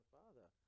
father